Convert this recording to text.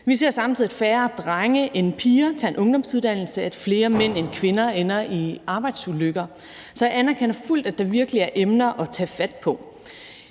Vi ser samtidig, at færre drenge end piger tager en ungdomsuddannelse, og at flere mænd end kvinder ender i arbejdsulykker. Så jeg anerkender fuldt ud, at der virkelig er emner at tage fat på.